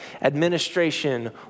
administration